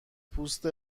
پوست